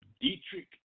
Dietrich